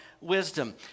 wisdom